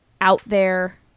out-there